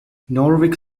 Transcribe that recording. norwich